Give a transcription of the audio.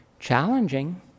Challenging